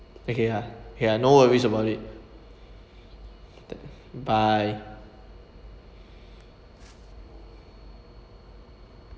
okay ya ya no worries about it then bye